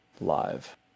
live